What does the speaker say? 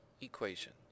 equation